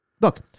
Look